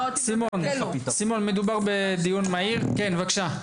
סימון מדובר בדיון מהיר, כן בבקשה.